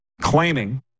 claiming